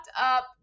up